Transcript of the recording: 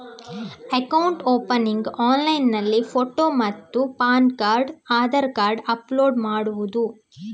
Account opening ಆನ್ಲೈನ್ನಲ್ಲಿ photo ಮತ್ತು PAN card Aadhaar card upload ಮಾಡುವುದು?